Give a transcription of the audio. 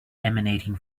emanating